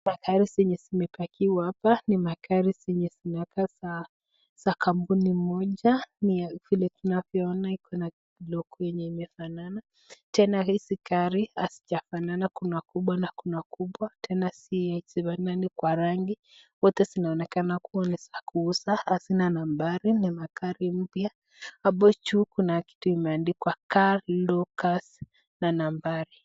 Magari zilizopakiwa hapa zinakaa magari zenye ni za kampuni moja , Vile tunavyoona iko na logo zenye zimefanana , tena hizi gari hazijafanana, kuna kubwa na kuna ndogo, tena hazifanani kwa rangi. Zote zinaonekana kuwa ni za kuuza na nambari ni magari mpya. Hapo juu kuna kitu imeandikwa Car Locus na nambari.